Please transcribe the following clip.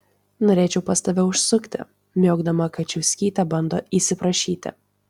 norėčiau pas tave užsukti miaukdama kačiušytė bando įsiprašyti